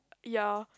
ya